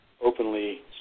openly